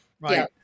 Right